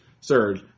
surge